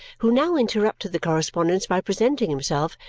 who now interrupted the correspondence by presenting himself,